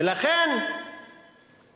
לכן